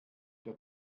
der